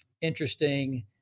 interesting